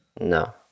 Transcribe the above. No